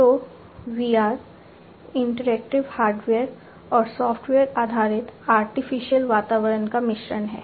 तो VR interactive वातावरण का मिश्रण है